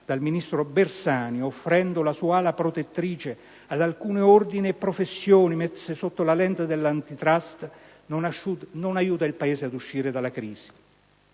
dal ministro Bersani, offrendo la sua ala protettrice ad alcuni ordini e professioni messe sotto la lente dell'Antitrust, non aiuta il Paese ad uscire dalla crisi.